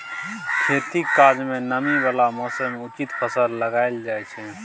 खेतीक काज मे नमी बला मौसम मे उचित फसल लगाएल जाइ छै